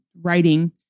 writing